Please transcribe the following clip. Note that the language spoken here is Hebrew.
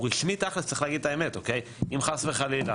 אבל תכלס צריכים להגיד את האמת, אם חס וחלילה